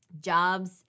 jobs